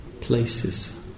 places